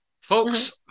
folks